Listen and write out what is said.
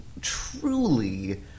truly